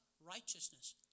Righteousness